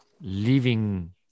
living